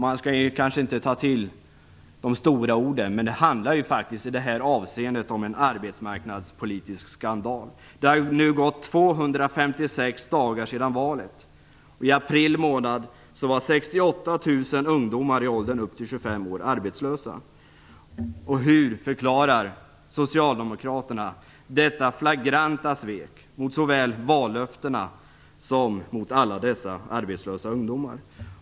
Man kanske inte skall ta till de stora orden, men det handlar i detta avseende om en arbetsmarknadspolitisk skandal. Det har nu gått 256 dagar sedan valet. I april månad var 68 000 ungdomar i åldern upp till 25 år arbetslösa. Hur förklarar Socialdemokraterna detta flagranta svek mot såväl vallöftena som alla dessa arbetslösa ungdomar?